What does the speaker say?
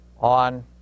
on